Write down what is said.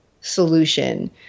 solution